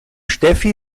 steffi